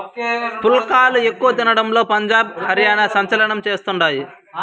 పుల్కాలు ఎక్కువ తినడంలో పంజాబ్, హర్యానా సంచలనం చేస్తండాయి